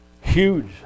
Huge